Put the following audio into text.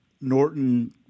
Norton